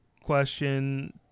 question